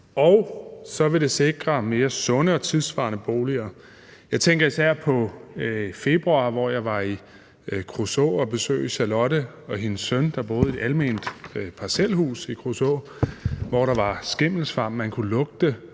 Og så vil det sikre mere sunde og tidssvarende boliger. Jeg tænker især på i februar, hvor jeg var i Kruså og besøge Charlotte og hendes søn, der boede i et alment parcelhus i Kruså, hvor der var skimmelsvamp. Man kunne lugte